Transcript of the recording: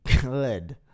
good